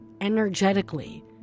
energetically